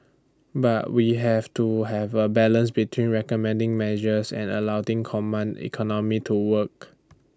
but we have to have A balance between recommending measures and command economy to work